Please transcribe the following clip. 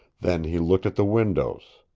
then he looked at the windows.